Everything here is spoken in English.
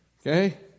Okay